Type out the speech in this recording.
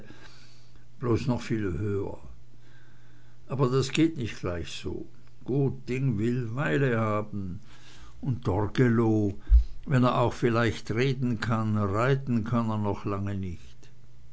bloß noch viel höher aber das geht nicht gleich so gut ding will weile haben und torgelow wenn er auch vielleicht reden kann reiten kann er noch lange nicht